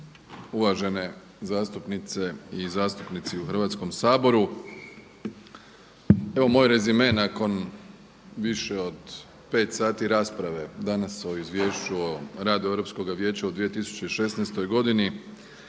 Uvažene zastupnice i zastupnici u Hrvatskom saboru. Evo moj rezime nakon više od 5 sati rasprave danas o Izvješću o radu Europskoga vijeća u 2016. godini